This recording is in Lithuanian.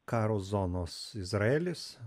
karo zonos izraelis